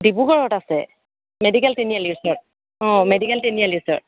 ডিব্ৰুগড়ত আছে মেডিকেল তিনিআলিৰ ওচৰত অঁ মেডিকেল মেডিকেল তিনিআলিৰ ওচৰত